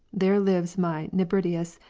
there lives my nebridius,